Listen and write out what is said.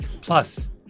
Plus